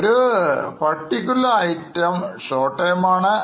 ഒരു particular item Short termആണ്